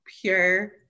pure